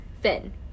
Finn